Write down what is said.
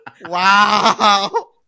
Wow